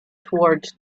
towards